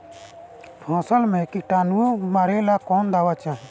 फसल में किटानु मारेला कौन दावा चाही?